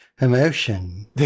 emotion